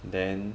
then